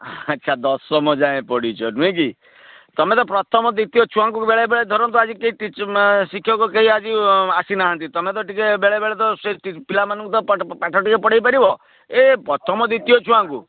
ଆଚ୍ଛା ଦଶମ ଯାଏଁ ପଢ଼ିଛ ନୁହେଁକି ତମେ ତ ପ୍ରଥମ ଦ୍ୱିତୀୟ ଛୁଆଙ୍କୁ ବେଳେବେଳେ ଧରନ୍ତୁ ଆଜି କେହି ଶିକ୍ଷକ କେହି ଆଜି ଆସିନାହାନ୍ତି ତମେ ତ ଟିକେ ବେଳେବେଳେ ତ ସେ ପିଲାମାନଙ୍କୁ ତ ପାଠ ଟିକେ ପଢ଼ାଇପାରିବ ଏ ପ୍ରଥମ ଦ୍ୱିତୀୟ ଛୁଆଙ୍କୁ